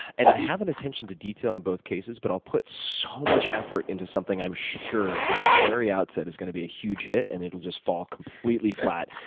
and i have an attention to detail in both cases, but i'll put so much effort into something i'm sure, from the very outset, is going to be a huge hit, and it'll just fall completely flat,